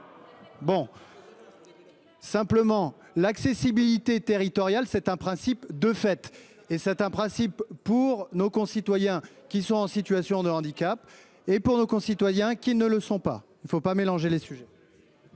bon. Simplement l'accessibilité territoriale. C'est un principe de fait et c'est un principe pour nos concitoyens qui sont en situation de handicap et pour nos concitoyens qui ne le sont pas, il ne faut pas mélanger les dessus.--